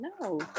No